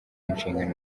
inshingano